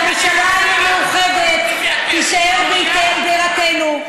ירושלים המאוחדת תישאר בירתנו,